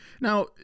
now